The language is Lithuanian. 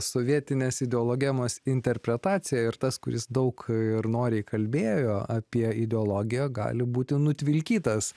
sovietinės ideologemos interpretaciją ir tas kuris daug ir noriai kalbėjo apie ideologiją gali būti nutvilkytas